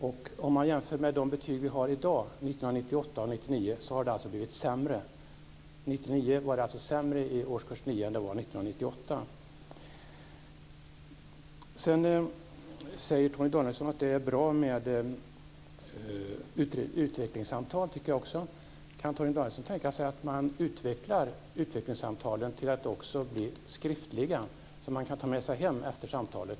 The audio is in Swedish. Om man gör en jämförelse mellan 1998 och 1999 årskurs 9 blir det sämre Sedan säger Torgny Danielsson att det är bra med utvecklingssamtal. Det tycker jag också. Kan Torgny Danielsson tänka sig att man utvecklar samtalen till att också bli skriftliga som man som förälder kan ta med sig hem efter samtalet?